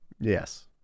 Yes